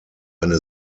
eine